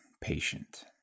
patient